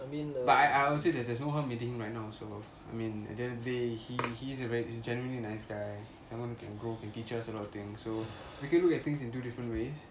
I mean